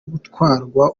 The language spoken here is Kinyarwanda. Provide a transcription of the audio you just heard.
gutwarwa